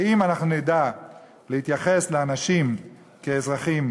ואם אנחנו נדע להתייחס לאנשים כאזרחים